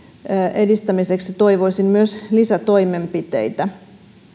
edistämiseksi toivoisin myös lisätoimenpiteitä